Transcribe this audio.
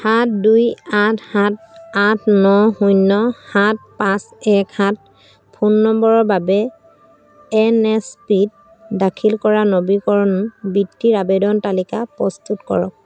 সাত দুই আঠ সাত আঠ ন শূন্য সাত পাঁচ এক সাত ফোন নম্বৰৰ বাবে এন এছ পি ত দাখিল কৰা নবীকৰণ বৃত্তিৰ আবেদনৰ তালিকা প্ৰস্তুত কৰক